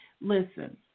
Listen